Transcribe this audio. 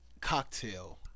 Cocktail